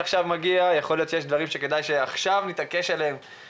יכול להיות שיש דברים שעכשיו נתעקש עליהם